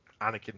Anakin